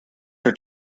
your